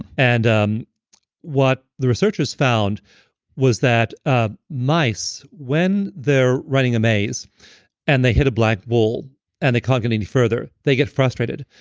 and um what the researchers found was that ah mice when they're running a maze and they hit a black wall and they can't get any further, they get frustrated.